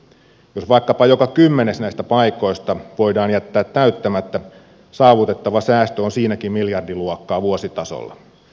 jos vaikkapa joka kymmenes näistä paikoista voidaan jättää täyttämättä saavutettava säästö on siinäkin miljardiluokkaa vuositasolla